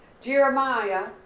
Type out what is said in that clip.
Jeremiah